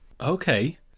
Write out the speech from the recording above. Okay